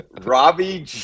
Robbie